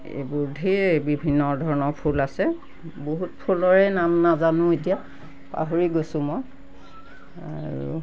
এইবোৰ ধেৰ বিভিন্ন ধৰণৰ ফুল আছে বহুত ফুলৰে নাম নাজানো এতিয়া পাহৰি গৈছোঁ মই আৰু